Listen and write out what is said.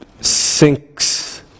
sinks